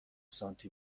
سانتی